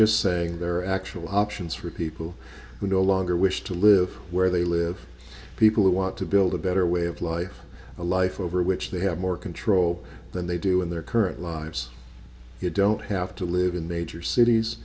just saying there are actual options for people who no longer wish to live where they live people who want to build a better way of life a life over which they have more control than they do in their current lives you don't have to live in major cities